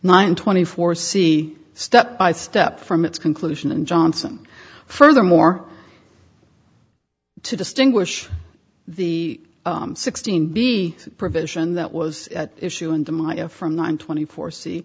nine twenty four c step by step from its conclusion and johnson furthermore to distinguish the sixteen b provision that was at issue in the maya from nine twenty four